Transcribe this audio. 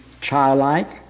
childlike